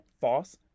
false